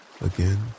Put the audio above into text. Again